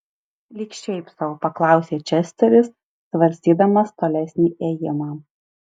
lyg šiaip sau paklausė česteris svarstydamas tolesnį ėjimą